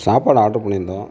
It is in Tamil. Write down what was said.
சாப்பாடு ஆட்ரு பண்ணி இருந்தோம்